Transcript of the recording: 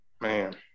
Man